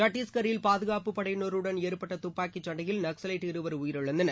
சத்தீஷ்கரில் பாதுகாப்பு படையினருடன் ஏற்பட்ட துப்பாக்கிச் சண்டையில் நக்ஸவைட் இருவர் உயிரிழந்தனர்